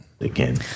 again